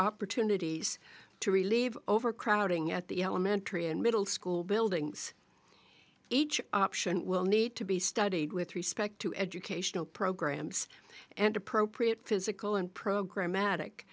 opportunities to relieve overcrowding at the elementary and middle school buildings each option will need to be studied with respect to educational programs and appropriate physical and program